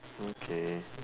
okay